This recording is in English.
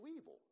evil